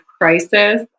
crisis